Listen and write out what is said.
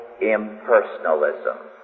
impersonalism